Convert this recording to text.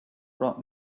brought